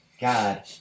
God